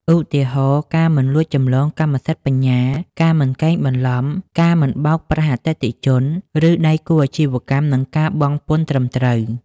ឧទាហរណ៍ ការមិនលួចចម្លងកម្មសិទ្ធិបញ្ញា ការមិនកេងបន្លំ ការមិនបោកប្រាស់អតិថិជន ឬដៃគូអាជីវកម្ម និងការបង់ពន្ធត្រឹមត្រូវ។